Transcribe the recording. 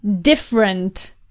different